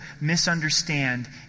misunderstand